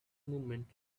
movement